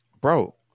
Bro